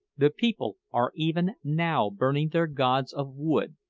the people are even now burning their gods of wood!